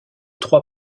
trois